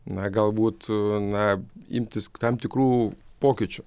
na galbūt na imtis tam tikrų pokyčių